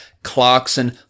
Clarkson